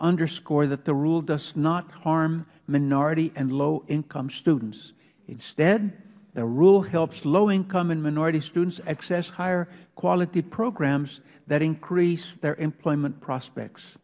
underscore that the rule does not harm minority and low income students instead the rule helps low income and minority students access higher quality programs that increase their employment prospects